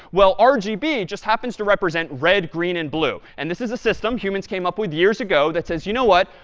well, um rgb just happens to represent red, green, and blue. and this is a system humans came up with years ago that says, you know what?